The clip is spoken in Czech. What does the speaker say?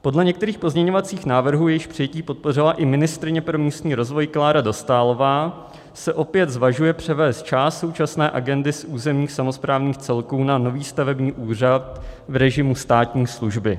Podle některých pozměňovacích návrhů, jejichž přijetí podpořila i ministryně pro místní rozvoj Klára Dostálová, se opět zvažuje převést část současné agendy z územních samosprávných celků na nový stavební úřad v režimu státní služby.